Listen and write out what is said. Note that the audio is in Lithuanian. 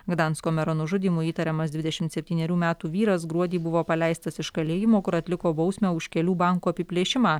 gdansko mero nužudymu įtariamas dvidešimt septynerių metų vyras gruodį buvo paleistas iš kalėjimo kur atliko bausmę už kelių bankų apiplėšimą